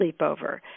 sleepover